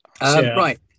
Right